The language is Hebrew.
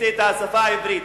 השפה העברית,